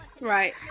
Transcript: right